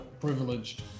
privileged